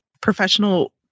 Professional